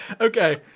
Okay